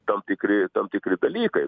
tam tikri tam tikri dalykai